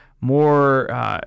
more